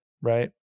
right